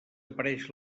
apareix